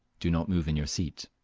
do not move in your seat.